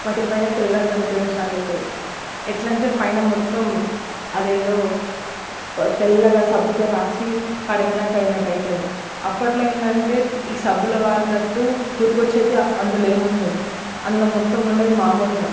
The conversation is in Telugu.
వాటిపైన తెల్లగనిపీయడం స్టార్టయితది ఎట్లంటే పైన మొత్తం అదేదో తెల్లగ సబ్బుతో రాసి కడగనట్టయినట్టయితది అప్పట్లో ఏందంటే ఈ సబ్బుల వాడినట్టు బురుగొచ్చేది అందులో ఏం ఉండదు అందులో మొత్తముండేది మాములుగ